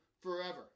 forever